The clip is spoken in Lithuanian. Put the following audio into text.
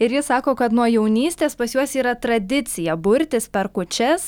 ir ji sako kad nuo jaunystės pas juos yra tradicija burtis per kūčias